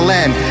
Land